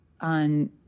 on